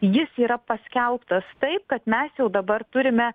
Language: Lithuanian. jis yra paskelbtas taip kad mes jau dabar turime